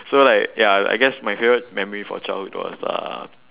so like ya I guess my favourite memory from childhood was the